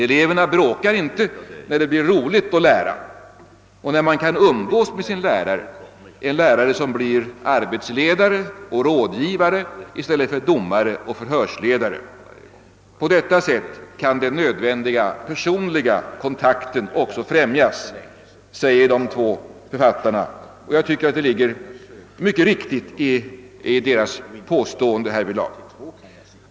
Eleverna bråkar inte när det blir roligt att lära och när de kan umgås med sina lärare, lärare som blir arbetsledare och rådgivare i stället för domare och förhörsledare. På detta sätt kan den nödvändiga personliga kontakten också främjas, säger de två författarna. Det ligger mycket riktigt i deras påstående härvidlag.